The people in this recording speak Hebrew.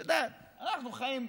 את יודעת, אנחנו חיים.